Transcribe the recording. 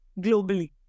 globally